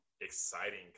exciting